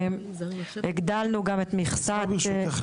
הגדלנו את מכסת --- אפשר ברשותך,